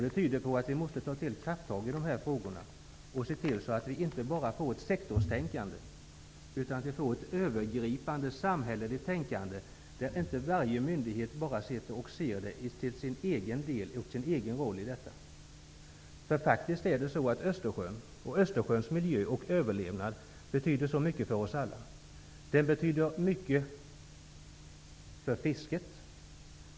Det tyder på att vi måste ta till krafttag i dessa frågor och se till att vi inte bara får ett sektorstänkande utan att vi får ett övergripande samhälleligt tänkande, där inte varje myndighet ser till sin egen roll i detta. Östersjöns miljö och överlevnad betyder så mycket för oss alla. Östersjön betyder mycket för fisket.